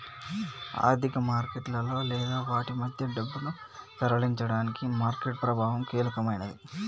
ఆర్థిక మార్కెట్లలో లేదా వాటి మధ్య డబ్బును తరలించడానికి మార్కెట్ ప్రభావం కీలకమైనది